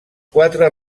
quatre